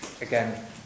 again